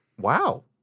wow